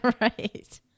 Right